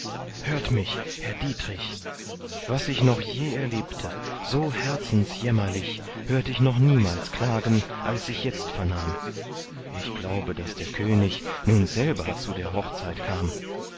hört mich herr dieterich was ich noch je erlebte so herzensjämmerlich hört ich noch niemals klagen als ich jetzt vernahm ich glaube daß der könig nun selber zu der hochzeit kam